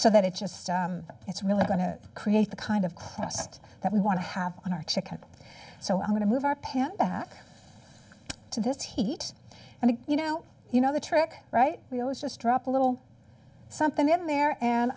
so that it just it's really going to create the kind of crust that we want to have on our chicken so i'm going to move our pan back to this heat and you know you know the trick right wheel is just drop a little something in there and